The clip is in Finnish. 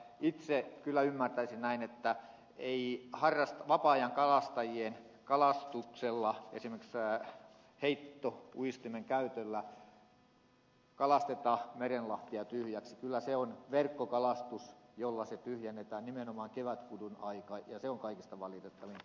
itse kyllä ymmärtäisin näin että ei vapaa ajan kalastajien kala ltp siulla piti saada kalastuksella esimerkiksi heittouistimen käytöllä kalasteta merenlahtia tyhjäksi kyllä se on verkkokalastus jolla se tyhjennetään nimenomaan kevätkudun aikaan ja se on kaikista valitettavinta